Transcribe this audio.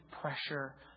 pressure